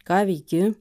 ką veiki